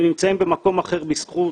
אנחנו נמצאים במקום אחר בזכות